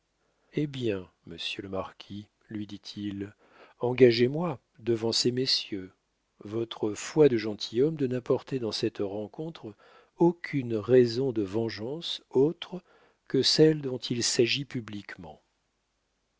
eh bien monsieur le marquis lui dit-il engagez moi devant ces messieurs votre foi de gentilhomme de n'apporter dans cette rencontre aucune raison de vengeance autre que celle dont il s'agit publiquement